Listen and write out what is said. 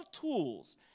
tools